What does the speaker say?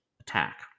attack